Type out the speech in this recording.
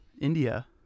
India